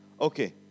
Okay